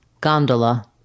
gondola